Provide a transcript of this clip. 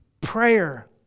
Prayer